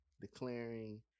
declaring